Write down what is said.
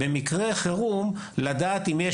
לדעת מה לעשות עם כל אחד במקרי חירום.